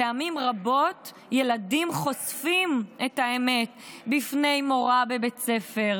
פעמים רבות ילדים חושפים את האמת בפני מורה בבית ספר,